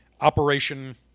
Operation